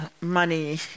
money